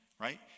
right